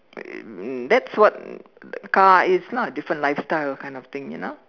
that's what a car is lah different kind of lifestyle kind of thing you know